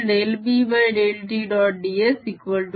dS